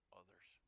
others